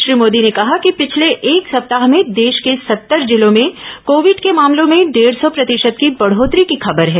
श्री मोदी ने कहा कि पिछले एक सप्ताह में देश के सत्तर जिलों में कोविड के मामलों में डेढ सौ प्रतिशत की बढोतरी की खबर है